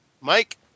Mike